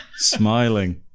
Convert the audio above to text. smiling